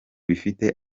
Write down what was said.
bifite